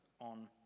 on